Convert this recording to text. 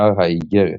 עיקר האיגרת.